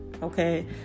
Okay